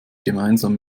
gemeinsam